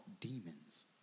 Demons